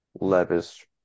Levis